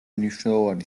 მნიშვნელოვანი